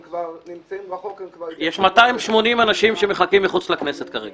הם נמצאים רחוק --- יש 280 אנשים שמחכים מחוץ לכנסת כרגע.